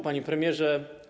Panie Premierze!